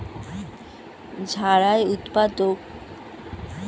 ঝাড়াই ঊৎপাটক দিয়ে বড় বড় ঘাস, শক্ত আগাছা তুলে ফেলা হয় অপেক্ষকৃত বড় জমিতে